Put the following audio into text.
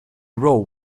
rope